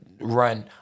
run